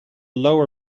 lower